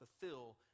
fulfill